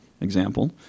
example